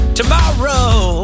Tomorrow